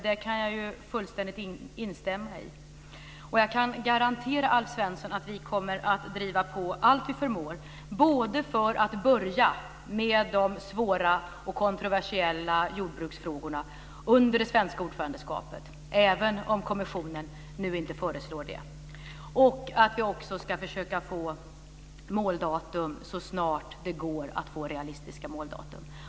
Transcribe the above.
Jag kan fullständigt instämma i det. Jag kan också garantera Alf Svensson att vi kommer att driva på allt vi förmår, både för att börja med de svåra och kontroversiella jordbruksfrågorna under det svenska ordförandeskapet - även om kommissionen nu inte föreslår det - och för att försöka få måldatum så snart det går att få realistiska sådana.